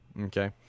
Okay